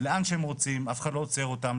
לאן שהם רוצים ואף אחד לא עצר אותם.